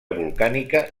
volcànica